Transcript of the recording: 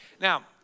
Now